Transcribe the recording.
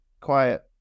quiet